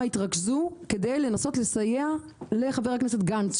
התרכזו כדי לנסות לסייע לחבר הכנסת גנץ,